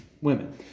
women